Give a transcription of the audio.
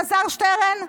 אלעזר שטרן?